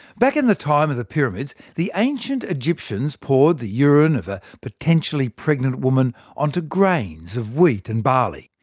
back in the time of the pyramids, the ancient egyptians poured the urine of a potentially pregnant woman onto grains of wheat and barley.